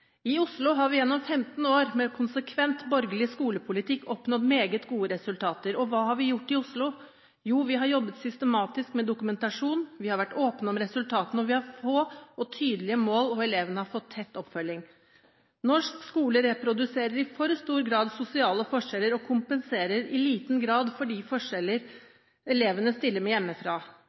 I Oslo har vi gjennom 15 år med konsekvent borgerlig skolepolitikk oppnådd meget gode resultater. Hva har vi gjort i Oslo? Jo, vi har jobbet systematisk med dokumentasjon, vi har vært åpne om resultatene, vi har hatt få og tydelige mål, og elevene har fått tett oppfølging. Norsk skole reproduserer i for stor grad sosiale forskjeller og kompenserer i liten grad for de forskjeller elevene stiller med